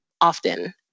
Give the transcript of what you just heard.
often